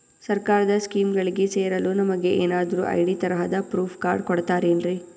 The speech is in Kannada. ಸರ್ಕಾರದ ಸ್ಕೀಮ್ಗಳಿಗೆ ಸೇರಲು ನಮಗೆ ಏನಾದ್ರು ಐ.ಡಿ ತರಹದ ಪ್ರೂಫ್ ಕಾರ್ಡ್ ಕೊಡುತ್ತಾರೆನ್ರಿ?